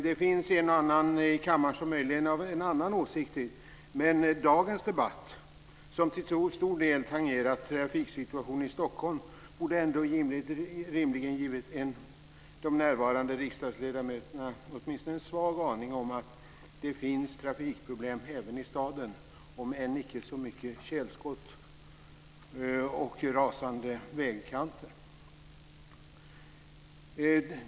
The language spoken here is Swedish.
Det finns en och annan i kammaren som möjligen är av en annan åsikt, men dagens debatt, som till stor del tangerat trafiksituationen i Stockholm, borde ändå rimligen ha givit de närvarande riksdagsledamöterna åtminstone en svag aning om att det finns trafikproblem även här i staden - om än inte så mycket tjälskott och rasande vägkanter.